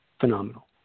Phenomenal